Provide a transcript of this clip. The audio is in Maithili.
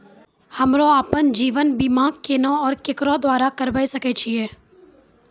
हमरा आपन जीवन बीमा केना और केकरो द्वारा करबै सकै छिये?